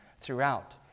throughout